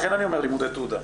לכן אני אומר לימודי תעודה.